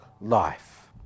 life